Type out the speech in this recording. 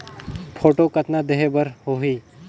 Photo कतना देहें बर होहि?